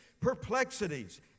perplexities